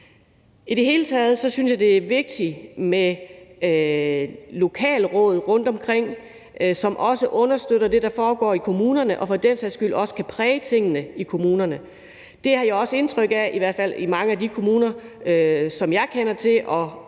I det hele taget synes jeg, det er vigtigt med lokalråd rundtomkring, som understøtter det, der foregår i kommunerne, og som for den sags skyld også kan præge tingene i kommunerne. Det har jeg også indtryk af – i hvert fald i mange af de kommuner, som jeg kender til